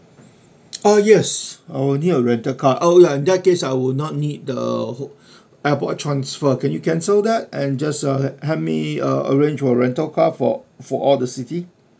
ah yes uh we need a rental car oh ya in that case we would not need the err airport transfer can you cancel that and just uh help me uh arrange for rental car for for all the city